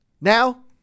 now